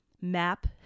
map